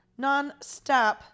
nonstop